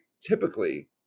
typically